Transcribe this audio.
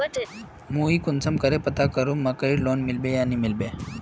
मुई कुंसम करे पता करूम की मकईर लोन मिलबे या नी मिलबे?